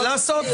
מה לעשות,